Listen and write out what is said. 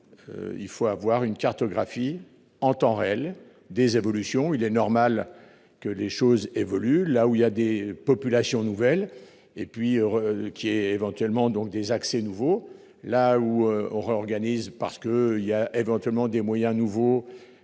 Il faut avoir une cartographie en temps réel des évolutions. Il est normal que les choses évoluent, là où il y a des populations nouvelles et puis qui est éventuellement donc des accès nouveau là où on réorganise parce que il y a éventuellement des moyens nouveaux